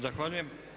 Zahvaljujem.